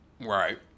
right